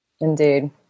Indeed